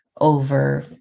over